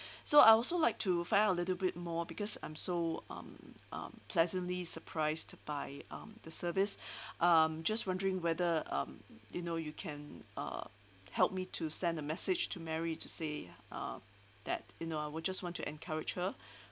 so I also like to find out a little bit more because I'm so um um pleasantly surprised by um the service I'm just wondering whether um you know you can uh help me to send a message to mary to say uh that you know I would just want to encourage her